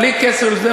בלי כסף וזה,